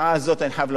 אני חייב לומר לכם,